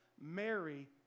Mary